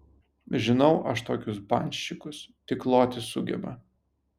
žinau aš tokius banščikus tik loti sugeba